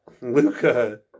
Luca